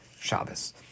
Shabbos